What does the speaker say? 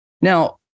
Now